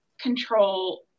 control